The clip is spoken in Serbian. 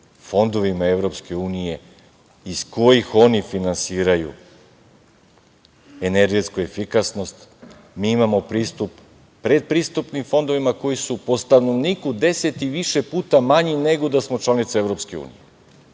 fondovima EU iz kojih oni finansiraju energetsku efikasnost. Mi imamo pristup pretpristupnim fondovima, koji su po stanovniku deset i više puta manji nego da smo članica EU,